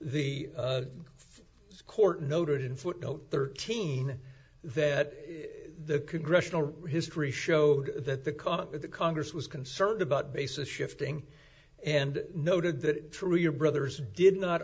the court noted in footnote thirteen that the congressional history showed that the caught up with the congress was concerned about basis shifting and noted that through your brothers did not